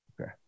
Okay